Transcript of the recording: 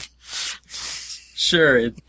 Sure